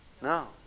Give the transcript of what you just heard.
No